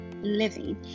living